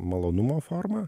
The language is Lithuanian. malonumo forma